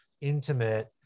intimate